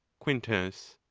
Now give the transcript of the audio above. quintus.